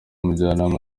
mujyanama